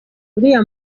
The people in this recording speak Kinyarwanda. uriya